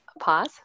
pause